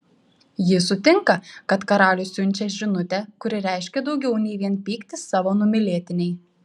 ji sutinka kad karalius siunčia žinutę kuri reiškia daugiau nei vien pyktį savo numylėtinei